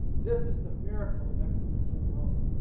this is the miracle of exponential growth.